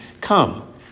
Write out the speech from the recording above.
Come